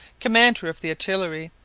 commander of the artillery,